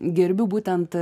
gerbiu būtent